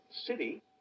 city